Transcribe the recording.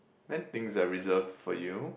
then things are reserved for you